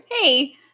hey